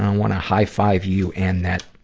wanna high-five you and that,